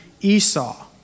Esau